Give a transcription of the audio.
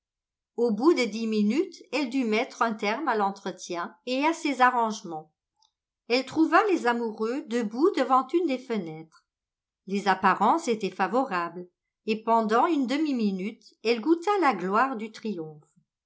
au bout de dix minutes elle dut mettre un terme à l'entretien et à ses arrangements elle trouva les amoureux debout devant une des fenêtres les apparences étaient favorables et pendant une demi-minute elle goûta la gloire du